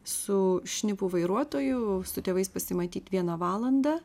su šnipu vairuotoju su tėvais pasimatyt vieną valandą